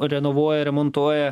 renovuoja remontuoja